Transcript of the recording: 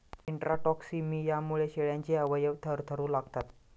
इंट्राटॉक्सिमियामुळे शेळ्यांचे अवयव थरथरू लागतात